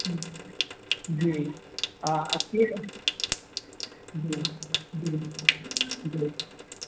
जी आ जी जी जी